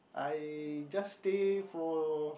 I just stay for